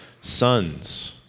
sons